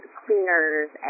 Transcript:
cleaners